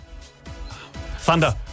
Thunder